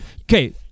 Okay